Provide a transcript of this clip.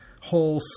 whole